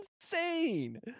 insane